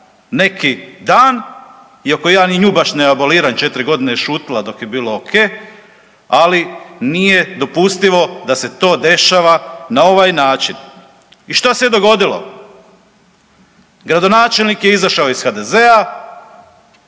neki dan, iako ja ni nju baš ne aboliram, 4 godine je šutila dok je bilo ok, ali nije dopustivo da se to dešava na ovaj način. I što se je dogodilo? Gradonačelnik je izašao iz HDZ-a